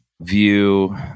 view